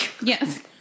Yes